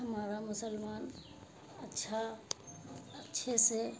ہمارا مسلمان اچھا اچھے سے